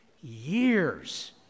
years